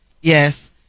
Yes